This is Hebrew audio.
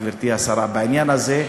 גברתי השרה, בעניין הזה,